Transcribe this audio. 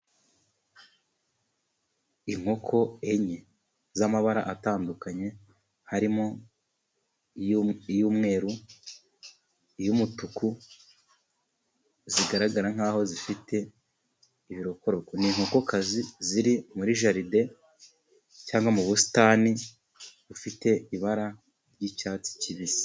Inkoko enye z'amabara atandukanye, harimo iy'umweru, niz'umutuku. Zigaragara nkaho zifite ibirokoko, ni inkokokazi. Ziri mu mu busitani bufite ibara ry'icyatsi kibisi.